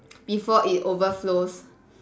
before it overflows